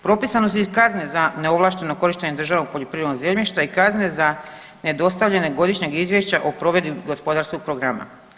Propisane su i kazne za neovlašteno korištenje državnog poljoprivrednog zemljišta i kazne za nedostavljanje godišnjeg izvješća o provedbi gospodarskog programa.